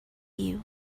you